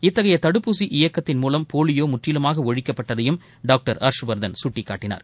இத்தகைய தடுப்பூசி இயக்கத்தின் மூலம் போலியோ முற்றிலுமாக ஒழிக்கப்பட்டதையும் டாக்டர் ஹர்ஷ்வர்தன் சுட்டிக்காட்டினார்